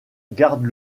garde